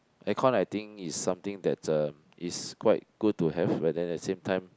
aircon I think is something that's uh is quite good to have but then at the same time